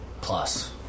plus